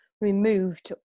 removed